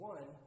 One